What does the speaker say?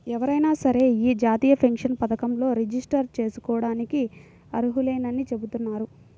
ఎవరైనా సరే యీ జాతీయ పెన్షన్ పథకంలో రిజిస్టర్ జేసుకోడానికి అర్హులేనని చెబుతున్నారు